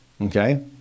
Okay